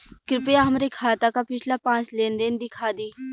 कृपया हमरे खाता क पिछला पांच लेन देन दिखा दी